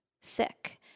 sick